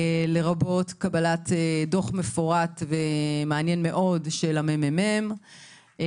לרבות קבלת דוח מפורט ומעניין מאוד של ה-מ.מ.מ